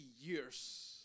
years